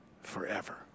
forever